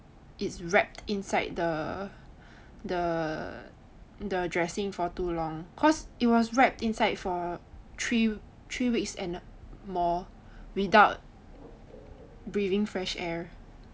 it's wrapped inside the err the dressing for too long cause it was right inside for three three weeks and more without breathing fresh air